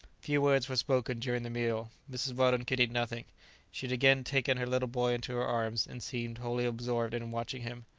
few words were spoken during the meal. mrs. weldon could eat nothing she had again taken her little boy into her arms, and seemed wholly absorbed in watching him.